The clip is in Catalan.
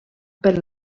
per